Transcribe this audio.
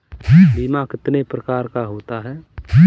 बीमा कितने प्रकार का होता है?